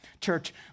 Church